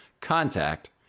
contact